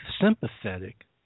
sympathetic